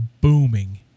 booming